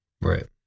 Right